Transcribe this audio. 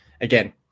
again